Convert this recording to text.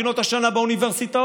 בחינות השנה באוניברסיטאות.